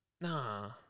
Nah